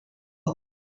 home